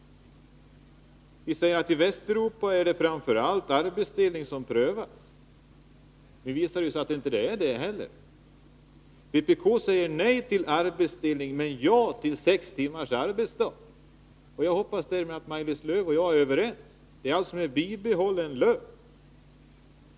Vi säger där: ”T Västeuropa är det framför allt arbetsdelning som prövas.” — Nu visar det sig att det inte är så. — ”Vpk säger nej till arbetsdelning, men ja till sex timmars arbetsdag.” Jag hoppas därmed att Maj-Lis Lööw och jag är överens. Med sex timmars arbetsdag har man alltså bibehållen lön.